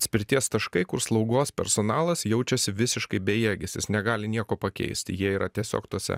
atspirties taškai kur slaugos personalas jaučiasi visiškai bejėgis jis negali nieko pakeisti jie yra tiesiog tuose